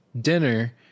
dinner